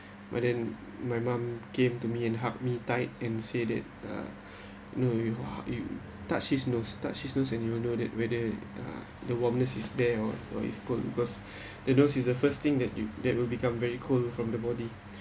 but then my mom came to me and hug me tight and said that uh no you !wah! you touched his nose touched his nose and you will know that whether uh the warmness is there or or it's cold because the nose is the first thing that you that will become very cold from the body